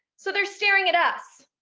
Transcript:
so they're staring at us.